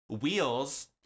Wheels